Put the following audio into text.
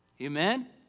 Amen